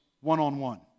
one-on-one